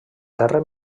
terra